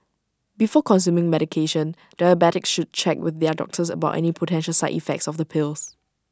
before consuming medication diabetics should check with their doctors about any potential side effects of the pills